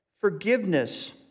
forgiveness